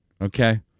Okay